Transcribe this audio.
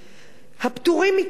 הפטורים מכול,